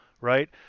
right